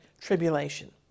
tribulation